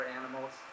animals